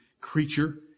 creature